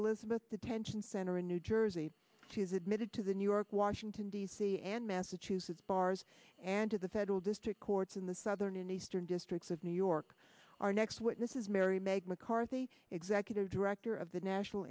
elizabeth detention center in new jersey she's admitted to the new york washington d c and massachusetts bars and to the federal district courts in the southern and eastern districts of new york are next witnesses mary mag mccarthy executive director of the national